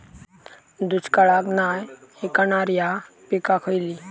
दुष्काळाक नाय ऐकणार्यो पीका खयली?